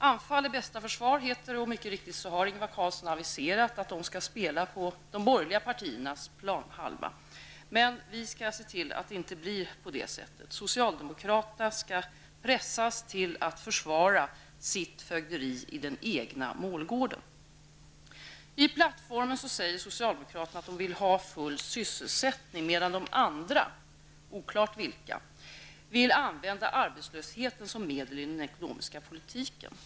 Anfall är bästa försvar, heter det, och mycket riktigt har Ingvar Carlsson aviserat att socialdemokraterna skall spela på de borgerliga partiernas planhalva. Men vi skall se till att det inte blir på det sättet. Socialdemokraterna skall pressas till att försvara sitt fögderi i den egna målgården. I plattformen säger socialdemokraterna att de vill ha full sysselsättning, medan de andra -- oklart vilka -- vill använda arbetslösheten som medel i den ekonomiska politiken.